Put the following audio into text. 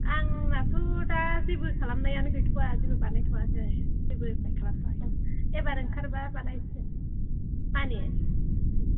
आंनाथ' दा जेबो खालामनायानो गैथ'वा जेबो बानायथ'वाखै जेबो एफ्लाइ खालामथ'वाखै एबार ओंखारबा बानायसिगोन मानि